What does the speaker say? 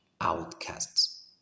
outcasts